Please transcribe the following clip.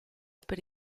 per